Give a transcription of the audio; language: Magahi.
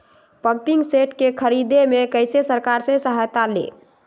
पम्पिंग सेट के ख़रीदे मे कैसे सरकार से सहायता ले?